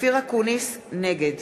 נגד